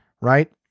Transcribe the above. right